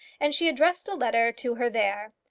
and she addressed a letter to her there.